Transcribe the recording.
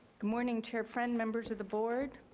good morning, chair friend, members of the board.